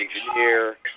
engineer